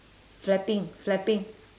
flapping flapping